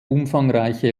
umfangreiche